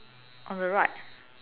on the right